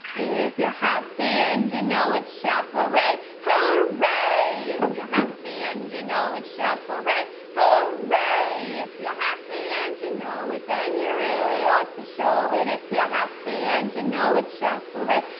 if you're happy and you know it shout hooray, hooray! if you're happy and you know it shout hooray, hooray! if you're happy and you know it then your really ought to show it. if you're happy and you know it shout hooray,